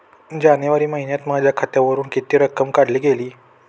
जानेवारी महिन्यात माझ्या खात्यावरुन किती रक्कम काढली गेली?